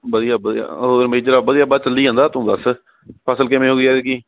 ਵਧੀਆ ਵਧੀਆ ਹੋਰ ਮੇਜਰਾ ਵਧੀਆ ਬਸ ਚੱਲੀ ਜਾਂਦਾ ਤੂੰ ਦੱਸ ਫ਼ਸਲ ਕਿਵੇਂ ਹੋ ਗਈ ਐਤਕੀਂ